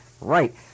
Right